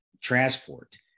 transport